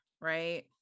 right